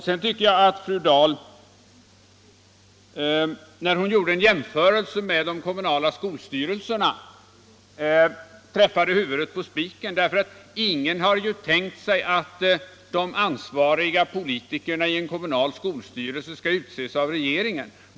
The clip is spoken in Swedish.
Vidare tycker jag att fru Dahl när hon gjorde en jämförelse med de kommunala skolstyrelserna träffade huvudet på spiken. Ingen har ju tänkt sig att de ansvariga politikerna i en kommunal skolstyrelse skall utses av regeringen.